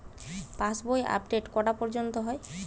পাশ বই আপডেট কটা পর্যন্ত হয়?